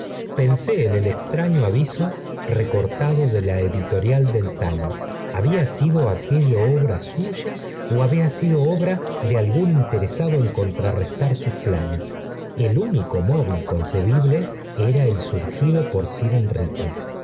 pensé en el extraño aviso recortado del editorial del times había sido aquello obra suya ó había sido obra de algún interesado en contrarrestar sus planes el único móvil concebible era el surgido por sir enrique